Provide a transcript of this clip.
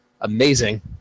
amazing